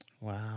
Wow